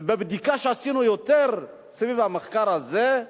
בבדיקה שעשינו סביב המחקר הזה: